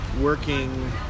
working